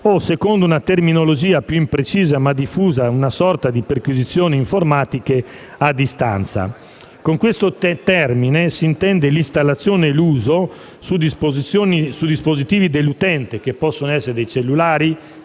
o - secondo una terminologia più imprecisa ma diffusa - una sorta di perquisizioni informatiche a distanza. Con questo termine si intendono l'installazione e l'uso su dispositivi dell'utente (possono essere cellulari,